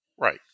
Right